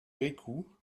bricout